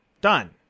Done